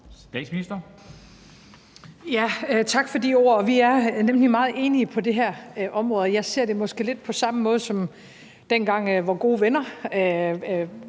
Frederiksen): Tak for de ord. Vi er nemlig meget enige på det her område, og jeg ser det måske lidt på samme måde som dengang, hvor gode venner